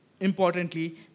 importantly